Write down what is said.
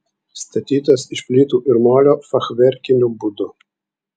statytas iš plytų ir molio fachverkiniu būdu